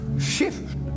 shift